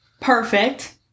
Perfect